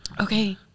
Okay